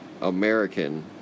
American